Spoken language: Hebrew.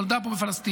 נולדה פה בפלסטין,